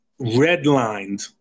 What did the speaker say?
redlined